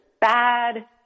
bad